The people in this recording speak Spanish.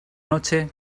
noche